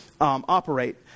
operate